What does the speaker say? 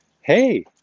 Hey